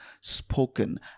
spoken